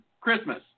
Christmas